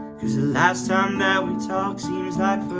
cause the last time that we talked seems